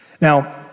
Now